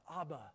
Abba